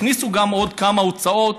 הכניסו גם עוד כמה הוצאות